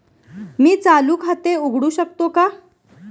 मी चालू खाते उघडू शकतो का?